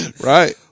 Right